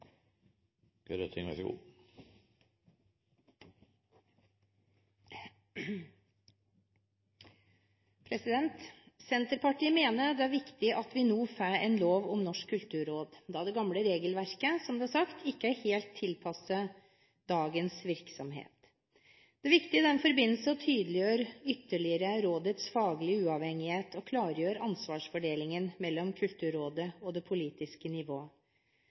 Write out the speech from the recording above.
viktig at vi nå får en lov om Norsk kulturråd, da det gamle regelverket – som det er sagt – ikke er helt tilpasset dagens virksomhet. Det er i den forbindelse viktig å tydeliggjøre rådets faglige uavhengighet ytterligere, og klargjøre ansvarsfordelingen mellom Kulturrådet og det politiske